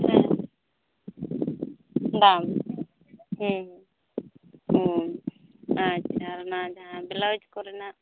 ᱦᱮᱸ ᱵᱟᱝ ᱚ ᱟᱪᱪᱷᱟ ᱚᱱᱟ ᱡᱟᱦᱟᱸ ᱵᱮᱞᱟᱣᱩᱡᱽ ᱠᱚᱨᱮᱱᱟᱜ